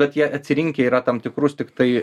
bet jie atsirinkę yra tam tikrus tiktai